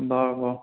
বাৰু বাৰু